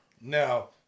Now